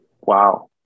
Wow